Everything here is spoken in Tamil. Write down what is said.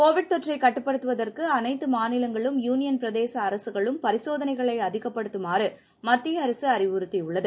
கோவிட் தொற்றைக் கட்டுப்படுத்துவதற்கு அனைத்து மாநிலங்களும் யூனியள் பிரதேச அரசுகளும் பரிசோதனைகளை அதிகப்படுத்தமாறு மத்திய அரசு அறிவுறுத்தியுள்ளது